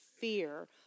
fear